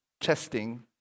testing